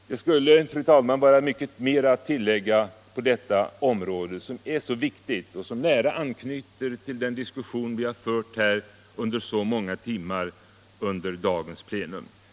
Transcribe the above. Det skulle, fru talman, vara mycket mer att tillägga på detta område, som är så viktigt och som så nära anknyter till den diskussion vi fört i så många timmar under dagens plenum.